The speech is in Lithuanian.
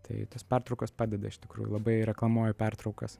tai tos pertraukos padeda iš tikrųjų labai reklamuoju pertraukas